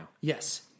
Yes